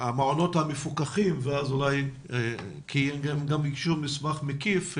המעונות המפוקחים כי הם גם ביקשו מסמך מקיף.